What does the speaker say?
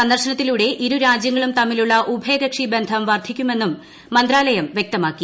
സന്ദർശനത്തിലൂടെ ഇരുരാജ്യങ്ങളും തമ്മിലുള്ള ഉഭയകക്ഷി ബന്ധം വർദ്ധിക്കുമെന്നും മന്ത്രാലയം വ്യക്തമാക്കി